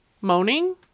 moaning